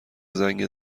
زنگ